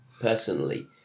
personally